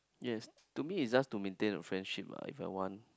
yes to me is just to maintain a friendship lah if I want